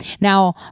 Now